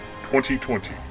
2020